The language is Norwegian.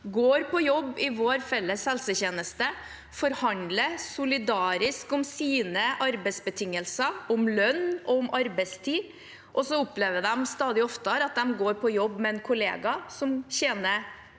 går på jobb i vår felles helsetjeneste, forhandler solidarisk om sine arbeidsbetingelser, om lønn og om arbeidstid, og så opplever de stadig oftere at de går på jobb med en kollega som tjener